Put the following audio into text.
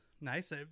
nice